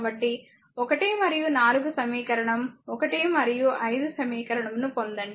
కాబట్టి 1 మరియు 4 సమీకరణం 1 మరియు 5 సమీకరణం ను పొందండి